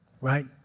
right